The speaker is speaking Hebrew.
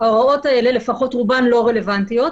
ההוראות האלה לפחות רובן לא רלבנטיות.